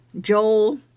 Joel